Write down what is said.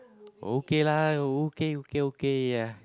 okay lah okay okay okay ah